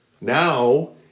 Now